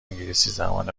انگلیسیزبان